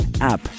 app